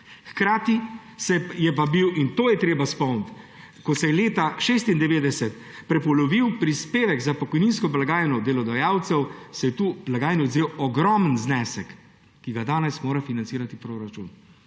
Hkrati je pa bil, in to je treba spomniti, ko se je leta 1996 prepolovil prispevek za pokojninsko blagajno delodajalcev, se je tu blagajni odvzel ogromen znesek, ki ga danes mora financirati proračun.